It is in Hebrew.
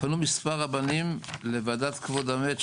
פנו מספר רבנים לוועדת כבוד המת,